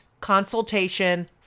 consultation